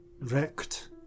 wrecked